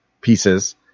pieces